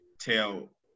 tell